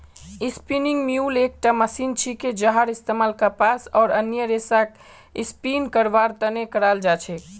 spinning mule एकटा machine छिके जहार इस्तमाल कपास आर अन्य रेशक स्पिन करवार त न कराल जा छेक